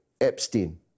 Epstein